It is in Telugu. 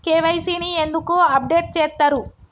కే.వై.సీ ని ఎందుకు అప్డేట్ చేత్తరు?